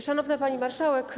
Szanowna Pani Marszałek!